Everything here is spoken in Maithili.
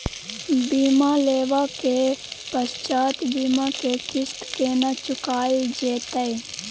बीमा लेबा के पश्चात बीमा के किस्त केना चुकायल जेतै?